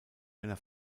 einer